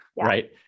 right